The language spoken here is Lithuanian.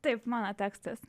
taip mano tekstas